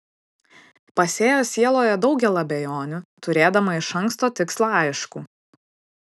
pasėjo sieloje daugel abejonių turėdama iš anksto tikslą aiškų